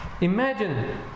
Imagine